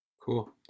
Cool